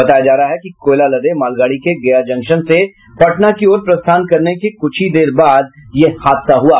बताया जा रहा है कि कोयला लदे मालगाड़ी के गया जंक्शन से पटना की ओर प्रस्थान करने के कुछ ही देर बाद यह हादसा हुआ